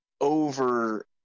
over